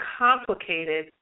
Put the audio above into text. complicated